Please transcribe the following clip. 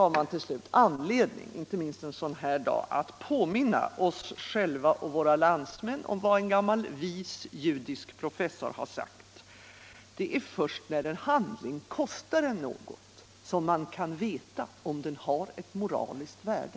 Vi har till slut anledning, inte minst en sådan här dag, att påminna oss själva och våra landsmän om vad en gammal vis judisk professor har sagt: Det är först när en handling kostar en något som man kan veta om den har ett moraliskt värde.